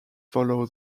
follow